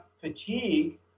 fatigue